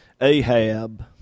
Ahab